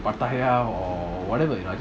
or whatever you know